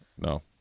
No